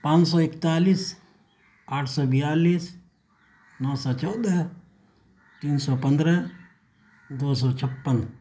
پانچ سو اکتالیس آٹھ سو بیالیس نو سو چودہ تین سو پندرہ دو سو چھپن